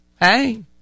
Hey